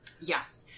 Yes